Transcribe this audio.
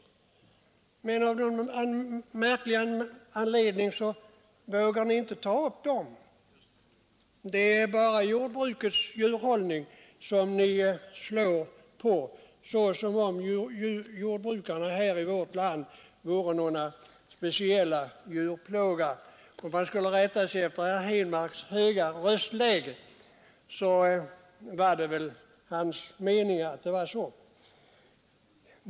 Av någon märklig anledning vågar ni inte ta upp den saken. Det är bara jordbrukets djurhållning ni vänder er emot — som om jordbrukarna i vårt land vore speciella djurplågare. Om man skall döma efter herr Henmarks höga röstläge menade han väl att det förhåller sig så.